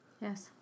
Yes